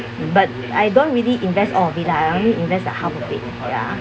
but I don't really invest all of it lah I only invest the half of it ya